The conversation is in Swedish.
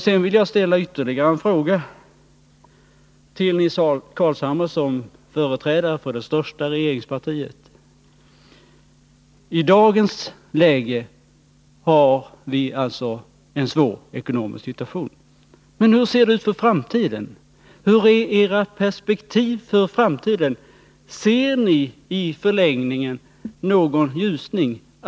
Jag vill ställa ytterligare frågor till Nils Carlshamre i hans egenskap av företrädare för det största regeringspartiet. I dagens läge har vi alltså en svår ekonomisk situation, men hur ser det ut för framtiden? Vilka är era framtidsperspektiv? Ser ni i förlängningen någon ljusning?